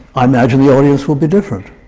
i imagine the audience will be different.